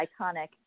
iconic